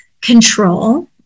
control